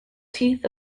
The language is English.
teeth